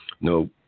no